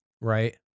right